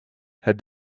had